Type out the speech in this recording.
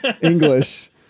English